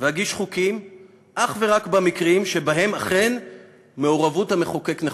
ואגיש חוקים אך ורק במקרים שבהם אכן מעורבות המחוקק נחוצה.